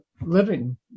living